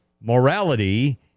morality